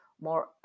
more